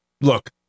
look